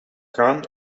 kahn